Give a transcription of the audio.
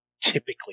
typically